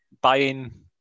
buying